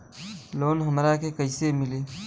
Loan हमरा के कईसे मिली?